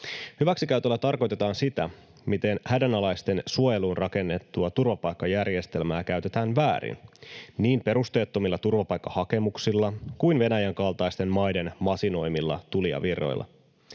Hyväksikäytöllä tarkoitetaan sitä, miten hädänalaisten suojeluun rakennettua turvapaikkajärjestelmää käytetään väärin niin perusteettomilla turvapaikkahakemuksilla kuin Venäjän kaltaisten maiden masinoimilla tulijavirroilla.